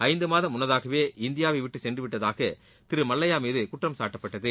ஐந்து மாதம் முன்னதாகவே இந்தியாவை விட்டு சென்று விட்டதாக திரு மல்லையா மீது குற்றம் சாட்டப்பட்டது